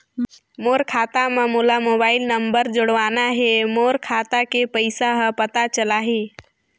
मोर खाता मां मोला मोबाइल नंबर जोड़वाना हे मोर खाता के पइसा ह पता चलाही?